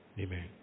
Amen